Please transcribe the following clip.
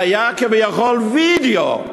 והיה כביכול וידיאו.